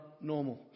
normal